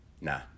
Nah